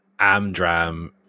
Amdram